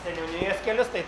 seniūnijos kelius tai